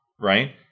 Right